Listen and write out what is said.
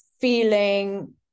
feeling